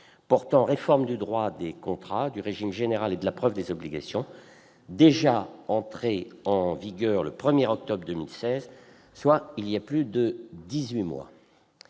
portant réforme du droit des contrats, du régime général et de la preuve des obligations, déjà entrée en vigueur le 1 octobre 2016, soit il y a seize mois.